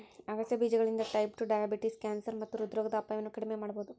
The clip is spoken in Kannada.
ಆಗಸೆ ಬೇಜಗಳಿಂದ ಟೈಪ್ ಟು ಡಯಾಬಿಟಿಸ್, ಕ್ಯಾನ್ಸರ್ ಮತ್ತ ಹೃದ್ರೋಗದ ಅಪಾಯವನ್ನ ಕಡಿಮಿ ಮಾಡಬೋದು